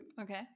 Okay